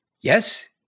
Yes